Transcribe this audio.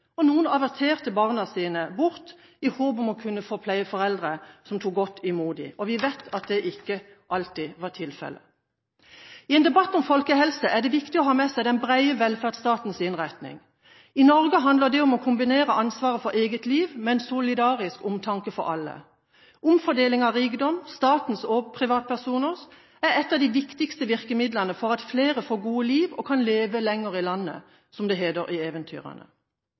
Noen averterte barna sine bort, i håp om å kunne få pleieforeldre som tok godt i mot dem. Vi vet at det ikke alltid var tilfellet. I en debatt om folkehelse er det viktig å ha med seg den brede velferdsstatens innretting. I Norge handler det om å kombinere ansvaret for eget liv med en solidarisk omtanke for alle. Omfordeling av rikdom – statens og privatpersoners – er et av de viktigste virkemidlene for at flere skal få gode liv og kan leve lenger i landet, som det heter i eventyrene.